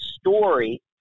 story